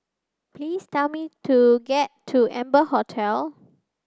please tell me to get to Amber Hotel